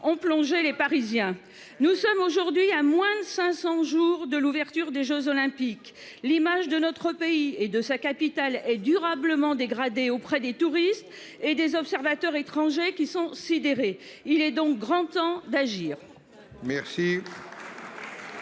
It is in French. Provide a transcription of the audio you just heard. ont plongé les Parisiens. Nous sommes aujourd'hui à moins de 500 jours de l'ouverture des Jeux olympiques l'image de notre pays et de sa capitale et durablement dégradée auprès des touristes et des observateurs étrangers qui sont sidérés. Il est donc grand temps d'agir.